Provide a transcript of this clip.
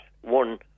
one